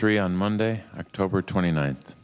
three on monday october twenty ninth